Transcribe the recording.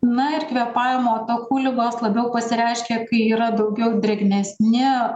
na ir kvėpavimo takų ligos labiau pasireiškia kai yra daugiau drėgnesni